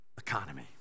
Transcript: economy